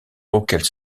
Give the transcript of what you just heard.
auxquels